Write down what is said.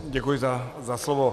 Děkuji za slovo.